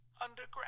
underground